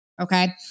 okay